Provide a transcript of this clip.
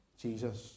Jesus